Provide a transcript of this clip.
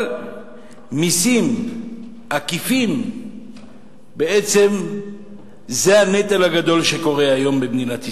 אבל מסים עקיפים בעצם זה הנטל הגדול שקיים היום במדינת ישראל.